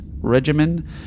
regimen